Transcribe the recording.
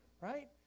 right